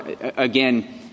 Again